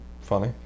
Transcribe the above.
funny